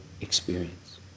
experience